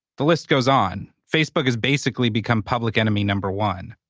the list goes on. facebook has basically become public enemy number one.